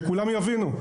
שכולם יבינו.